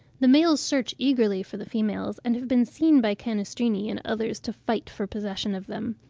the males search eagerly for the females, and have been seen by canestrini and others to fight for possession of them.